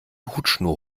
hutschnur